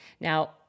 Now